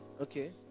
okay